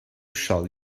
shall